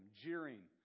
jeering